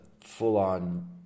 full-on